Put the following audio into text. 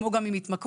כמו גם עם התמכרות,